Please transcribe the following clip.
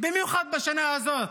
במיוחד בשנה הזאת,